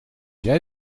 jij